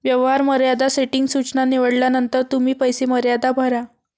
व्यवहार मर्यादा सेटिंग सूचना निवडल्यानंतर तुम्ही पैसे मर्यादा भरा